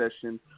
session